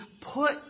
put